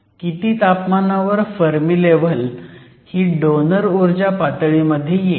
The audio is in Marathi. किती तापमानावर फर्मी लेव्हल ही डोनर ऊर्जा पातळीमध्ये येईल